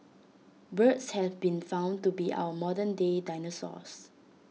birds have been found to be our modern day dinosaurs